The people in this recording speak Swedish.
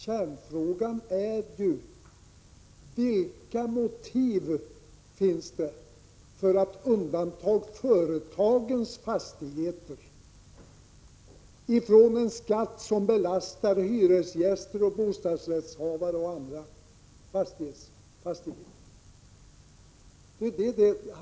Kärnfrågan är ju vilka motiv man har för att undanta företagens fastigheter ifrån en skatt som drabbar hyresgäster och bostadsrättshavare och andra.